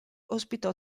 ospitò